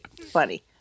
funny